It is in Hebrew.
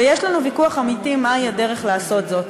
ויש לנו ויכוח אמיתי מה הדרך לעשות זאת.